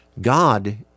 God